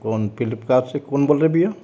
कौन फ्लिपकार्ट से कौन बोल रहे हैं भईया